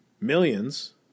millions